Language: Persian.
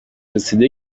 رسیده